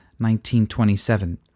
1927